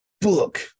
book